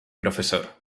prof